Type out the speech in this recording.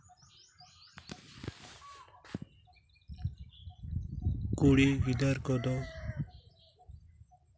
ᱠᱩᱲᱤ ᱜᱤᱫᱟᱹᱨ ᱠᱚᱫᱚ